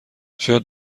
شاید